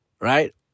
right